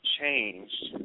changed